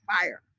fire